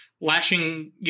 lashing